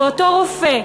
ואותו רופא,